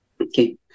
Okay